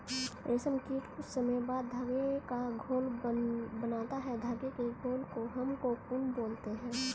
रेशम कीट कुछ समय बाद धागे का घोल बनाता है धागे के घोल को हम कोकून बोलते हैं